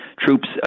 troops